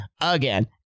again